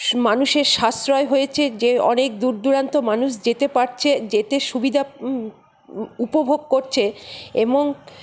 মানুষের সাশ্রয় হয়েছে যে অনেক দূর দূরান্ত মানুষ যেতে পারছে যেতে সুবিধা উপভোগ করছে এবং